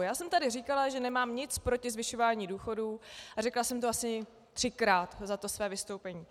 Já jsem tady říkala, že nemám nic proti zvyšování důchodů, a řekla jsem to asi třikrát za to své vystoupení.